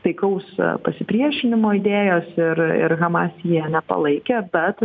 taikaus pasipriešinimo idėjos ir ir hamas jie nepalaikė bet